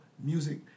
music